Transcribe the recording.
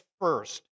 first